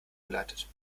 geleitet